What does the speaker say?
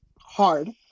hard